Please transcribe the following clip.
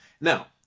Now